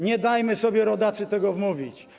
Nie dajmy sobie, rodacy, tego wmówić.